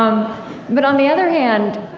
um but on the other hand,